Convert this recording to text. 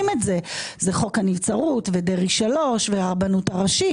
זה חוק הנבצרות ודרעי 3 והרבנות הראשית